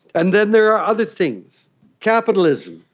and then there are other things capitalism,